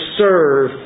serve